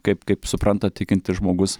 kaip kaip supranta tikintis žmogus